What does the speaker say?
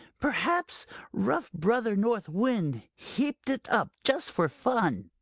perhaps rough brother north wind heaped it up, just for fun.